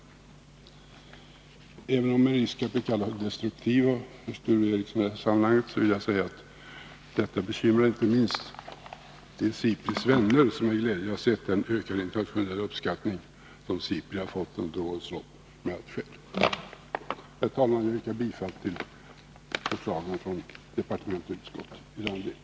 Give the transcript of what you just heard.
Även med risk för att av Sture Ericson bli betraktad som destruktiv i det här sammanhanget vill jag säga att detta bekymrar inte minst de SIPRI:s vänner, som med glädje har sett den ökade internationella uppskattning som SIPRI har fått under årens lopp. Herr talman! Jag yrkar bifall till förslagen från departementet och utskottet i alla delar.